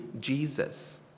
Jesus